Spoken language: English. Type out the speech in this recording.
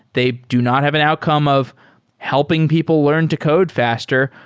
they do not have an outcome of helping people learn to code faster,